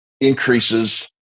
increases